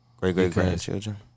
Great-great-grandchildren